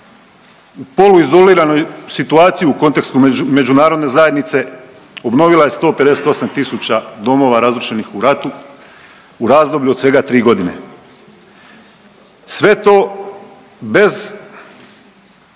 u poluizoliranoj situaciji u kontekstu međunarodne zajednice obnovila je 158 tisuća domova razrušenih u ratu u razdoblju od svega 3 godine. Sve to bez